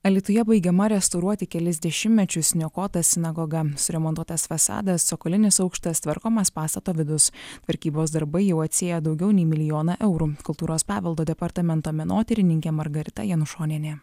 alytuje baigiama restauruoti kelis dešimtmečius niokota sinagoga suremontuotas fasadas cokolinis aukštas tvarkomas pastato vidus tvarkybos darbai jau atsiėjo daugiau nei milijoną eurų kultūros paveldo departamento menotyrininkė margarita janušonienė